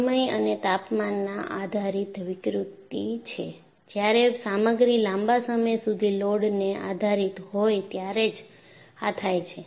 તે સમય અને તાપમાનના આધારિત વિકૃતિ છે જ્યારે સામગ્રી લાંબા સમય સુધી લોડને આધારિત હોય ત્યારે જ આ થાય છે